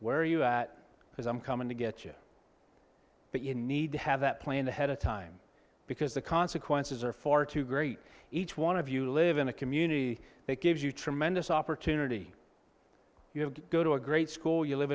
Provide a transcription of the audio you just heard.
where you at because i'm coming to get you but you need to have that planned ahead of time because the consequences are far too great each one of you live in a community that gives you tremendous opportunity you have to go to a great school you live